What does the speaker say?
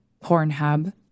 Pornhub